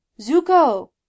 Zuko